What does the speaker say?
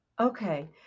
Okay